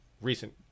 recent